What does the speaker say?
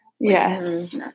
Yes